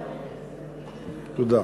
תודה.